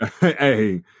hey